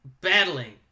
battling